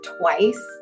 twice